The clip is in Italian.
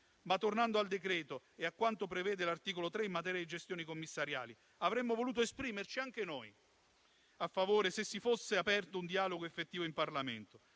Tornando al provvedimento e a quanto prevede l'articolo 3, in materia di gestioni commissariali, avremmo voluto esprimerci anche noi a favore, se si fosse aperto un dialogo effettivo in Parlamento.